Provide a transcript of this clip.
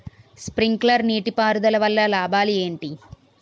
Sprinkler నీటిపారుదల వల్ల లాభాలు ఏంటి?